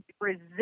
resist